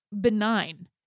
benign